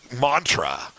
mantra